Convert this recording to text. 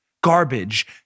Garbage